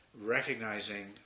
recognizing